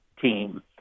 team